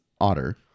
otter